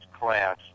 class